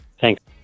Thanks